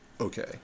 Okay